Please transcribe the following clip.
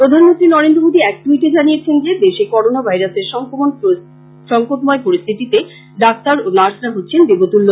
প্রধানমন্ত্রী নরেন্দ্র মোদি এক টুইটে জানিয়েছেন যে দেশে করোনা ভাইরাসের সংকটময় পরিস্থিতিতে ডাক্তার ও নার্সরা হচ্ছেন দেবতুল্য